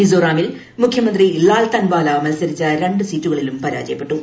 മിസോറാമിൽ മുഖ്യമന്ത്രി ലാൽ തൻവാല മത്സരിച്ച രണ്ട് സീറ്റുകളിലും പരാജയപ്പെട്ടു